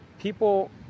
People